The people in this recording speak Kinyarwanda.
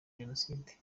jenoside